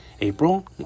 April